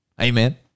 Amen